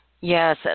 Yes